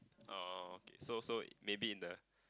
oh okay so so maybe in the